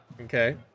Okay